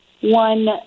one